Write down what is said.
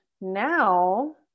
now